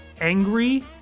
Angry